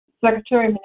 Secretary